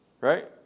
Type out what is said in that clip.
Right